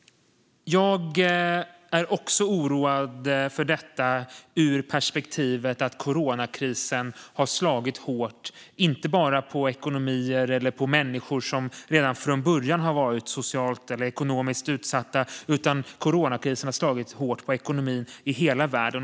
Jag är också oroad för detta ur perspektivet att coronakrisen har slagit hårt inte bara mot ekonomier och människor som redan från början varit socialt eller ekonomiskt utsatta utan mot ekonomin i hela världen.